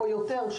או יותר,